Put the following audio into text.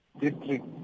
district